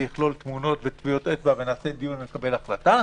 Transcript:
יכלול תמונות וטביעות אצבע ונעשה דיון ונקבל החלטה,